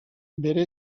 bere